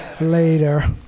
later